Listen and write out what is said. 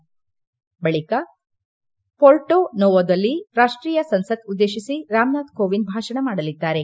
ನಂತರ ಪೊರ್ಟೊ ನೊವೊದಲ್ಲಿ ರಾಷ್ಟೀಯ ಸಂಸತ್ ಉದ್ದೇಶಿಸಿ ರಾಮನಾಥ್ ಕೋವಿಂದ್ ಭಾಷಣ ಮಾಡಲಿದ್ದಾರೆ